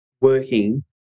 working